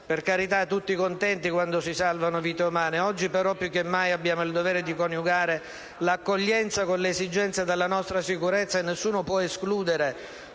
Per carità, siamo tutti contenti quando si salvano vite umane. Oggi, però, più che mai abbiamo il dovere di coniugare l'accoglienza con le esigenze della nostra sicurezza e nessuno può escludere,